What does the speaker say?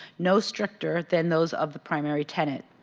no stricter than those of the primary tenant.